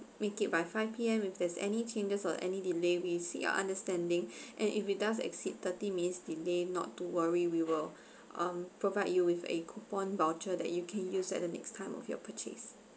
make it by five P_M if there's any changes or any delay we seek your understanding and if it does exceed thirty minutes delay not to worry we will um provide you with a coupon voucher that you can use at the next time of your purchase